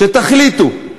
שתחליטו,